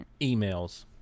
Emails